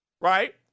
right